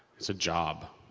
it's a job!